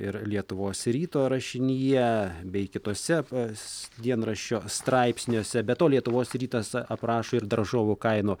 ir lietuvos ryto rašinyje bei kitose dienraščio straipsniuose be to lietuvos rytas aprašo ir daržovių kainų